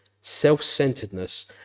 self-centeredness